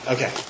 Okay